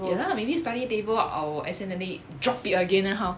ya lah maybe study table I will accidentally drop it again then how